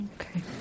Okay